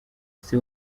ese